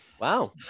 Wow